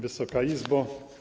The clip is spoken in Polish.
Wysoka Izbo!